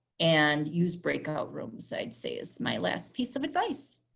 and use breakout rooms i'd say is my last piece of advice.